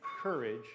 courage